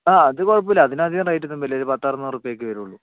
ആ അത് കുഴപ്പമില്ല അതിന് അധികം റേറ്റ് ഒന്നും വരില്ല ഒരു പത്ത് അറുനൂറ് ഉറുപിക ഒക്കെ വരുള്ളൂ